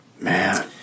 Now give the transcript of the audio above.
Man